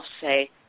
say